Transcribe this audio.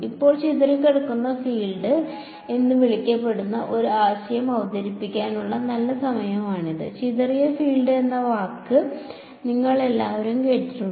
ഇപ്പോൾ ചിതറിക്കിടക്കുന്ന ഫീൽഡ് എന്ന് വിളിക്കപ്പെടുന്ന ഒരു ആശയം അവതരിപ്പിക്കാനുള്ള നല്ല സമയമാണിത് ചിതറിയ ഫീൽഡ് എന്ന വാക്ക് നിങ്ങൾ എല്ലാവരും കേട്ടിട്ടുണ്ട്